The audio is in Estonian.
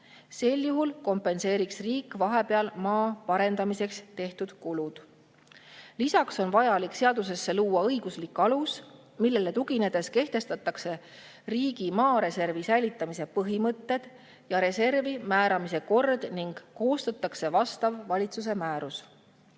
Sel juhul kompenseeriks riik vahepeal maa parendamiseks tehtud kulud. Lisaks on vaja seadusesse luua õiguslik alus, millele tuginedes kehtestatakse riigi maareservi säilitamise põhimõtted ja reservi määramise kord ning koostatakse vastav valitsuse määrus.